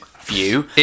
view